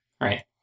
Right